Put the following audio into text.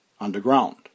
underground